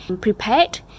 prepared